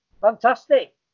fantastic